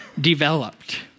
developed